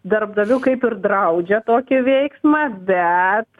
darbdavių kaip ir draudžia tokį veiksmą bet